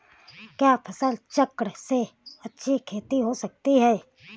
क्या फसल चक्रण से अच्छी खेती हो सकती है?